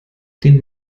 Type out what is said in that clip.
den